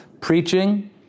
preaching